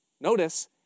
notice